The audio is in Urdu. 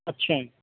اچھا